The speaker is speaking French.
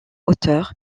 hauteur